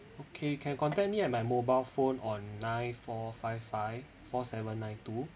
okay you can contact me at my mobile phone on nine four five five four seven nine two